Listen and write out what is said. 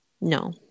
No